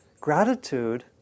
gratitude